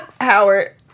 Howard